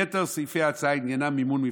יתר סעיפי ההצעה, עניינם מימון מפלגות.